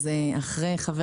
אחרי חבר